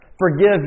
Forgive